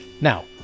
Now